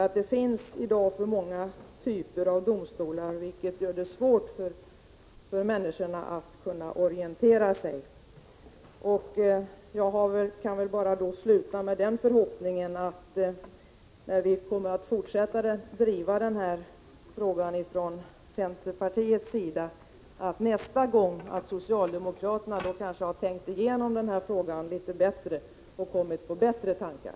I dag finns det alltför många typer av domstolar, vilket gör det svårt för människorna att orientera sig. Jag kan sluta med att uttrycka förhoppningen att socialdemokraterna nästa gång har tänkt igenom frågan litet bättre och därför kommit på bättre tankar.